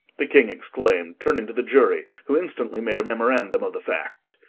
the king exclaimed, turning to the jury, who instantly made a memorandum of the fact.